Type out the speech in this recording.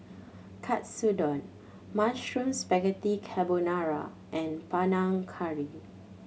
Katsudon Mushroom Spaghetti Carbonara and Panang Curry